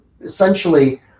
essentially